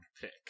pick